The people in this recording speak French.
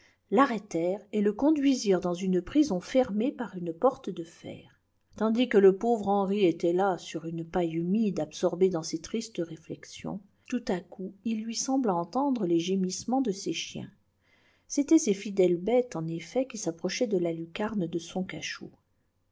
l'arrêtèrent et le conduisirent dans une prison fermée par une porte de fer tandis que le pauvre henri était là sur une paille humide absorbé dans ses tristes réflexions tout à coup il lui sembla entendre les gémissements de ses chiens c'étaient ces fidèles bêtes en effet ui s'approchaient de la lucarne de son cachot